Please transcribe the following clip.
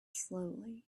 slowly